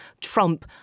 Trump